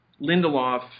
Lindelof